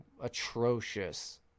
atrocious